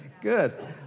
good